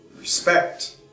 respect